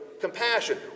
compassion